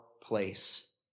place